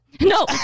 No